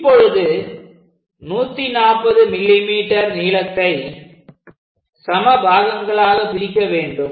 இப்பொழுது 140 mm நீளத்தை சம பாகங்களாகப் பிரிக்க வேண்டும்